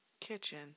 kitchen